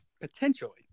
potentially